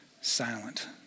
Silent